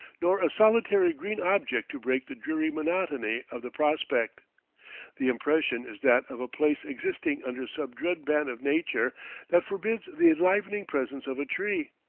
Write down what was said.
nor a solitary green object to break the dreary monotony of the prospect the impression is that of a place existing under some dread ban of nature that forbids the enlivening presence of a tree,